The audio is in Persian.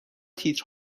تیتر